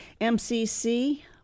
MCC